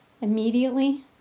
immediately